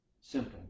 Simple